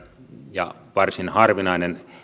ja varsin harvinainen